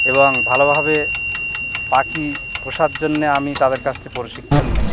এবং ভালোভাবে পাখি পোষার জন্যে আমি তাদের কাছ থেকে প্রশিক্ষণ নেই